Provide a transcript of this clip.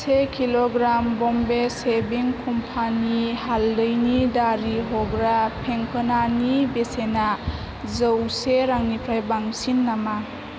से kilogram Bombay shaving company हालदैनि दारि हग्रा फेंफोनानि बेसेना जौसे रांनिफ्राय बांसिन नामा